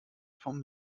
vom